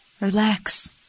relax